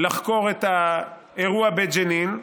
לחקור את האירוע בג'נין.